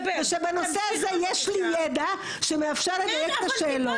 ------- ובנושא הזה יש לי ידע שמאפשר לי לדייק את השאלות.